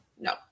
no